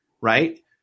right